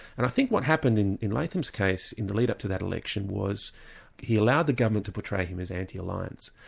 and i think what happened in in latham's case in the lead-up to that election was he allowed the government to portray him as anti-alliance.